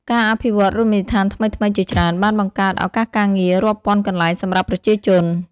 ការអភិវឌ្ឍន៍រមណីយដ្ឋានថ្មីៗជាច្រើន បានបង្កើត ឱកាសការងាររាប់ពាន់កន្លែង សម្រាប់ប្រជាជន។